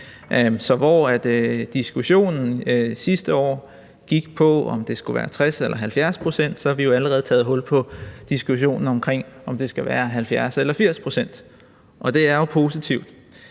Så hvor diskussionen sidste år gik på, om det skulle være 60 eller 70 pct., har vi jo allerede taget hul på diskussionen, om det skal være 70 eller 80 pct. Og det er jo positivt,